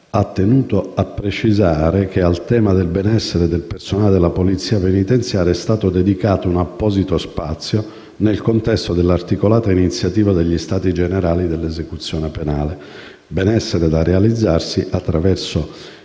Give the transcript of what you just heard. ha tenuto a precisare che al tema del benessere del personale della Polizia penitenziaria è stato dedicato un apposito spazio nel contesto dell'articolata iniziativa degli Stati generali sull'esecuzione penale; benessere da realizzarsi attraverso